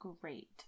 great